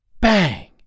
Bang